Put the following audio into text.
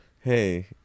Hey